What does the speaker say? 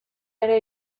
ere